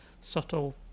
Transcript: subtle